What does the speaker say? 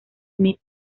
smith